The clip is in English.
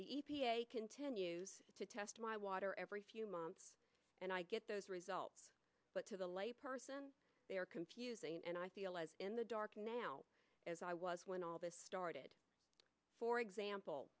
the e p a continues to test my water every few months and i get those results but to the lay person they are confusing and i feel as in the dark now as i was when all this started for example